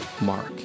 Mark